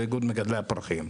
ואיגוד מגדלי הפרחים.